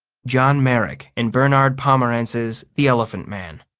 john merrick in bernard pomerance's the elephant man